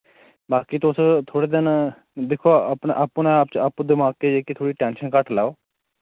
बाकी तुस थोह्ड़े दिन दिक्खो अपने अपने आप च आप्पू दमाके च जेह्की थोह्ड़ी टैंशन घट्ट लैओ